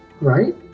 right